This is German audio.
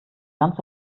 ganz